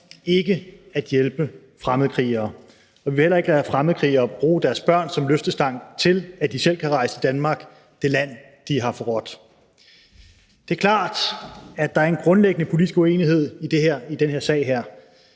ikke at hjælpe fremmedkrigere, og vi vil heller ikke lade fremmedkrigere bruge deres børn som løftestang til, at de selv kan rejse til Danmark – det land, de har forrådt. Det er klart, at der er en grundlæggende politisk uenighed i den her sag.